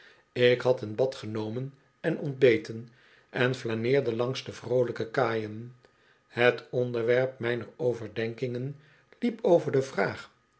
ik had een bad genomen en ontbeten en flaneerde langs de vroolijke kaaien het onderwerp mijner overdenkingen liep over de vraag